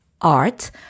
art